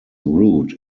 route